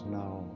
now